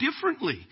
differently